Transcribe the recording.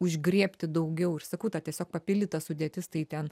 užgriebti daugiau ir sakau ta tiesiog papildyta sudėtis tai ten